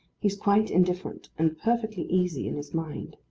he is quite indifferent, and perfectly easy in his mind.